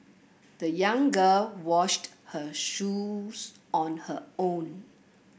the young girl washed her shoes on her own